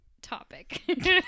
topic